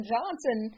Johnson